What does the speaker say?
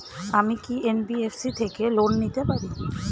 আমি কি এন.বি.এফ.সি থেকে লোন নিতে পারি?